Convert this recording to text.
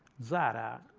zara,